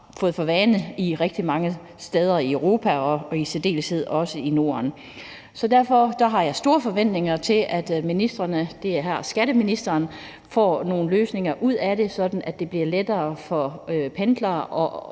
fået for vane at have rigtig mange steder i Europa og i særdeleshed også i Norden. Derfor har jeg store forventninger til, at ministrene – det er her skatteministeren – får nogle løsninger ud af det, sådan at det bliver lettere for de, der